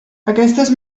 aquestes